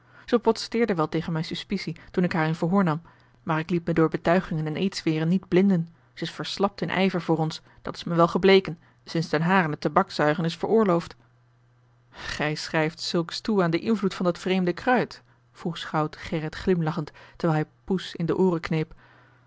protesteerde wel tegen mijne suspicie toen ik haar in verhoor nam maar ik liet me door betuigingen en eedzweren niet blinden ze is verslapt in ijver voor ons dat is me wel gebleken sinds ten harent het toebackzuigen is veroorloofd gij schrijft zulks toe aan den invloed van dat vreemde kruid vroeg schout gerrit glimlachend terwijl hij poes in de ooren kneep